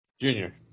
Junior